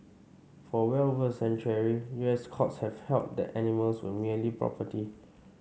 for well over a century U S courts have held that animals were merely property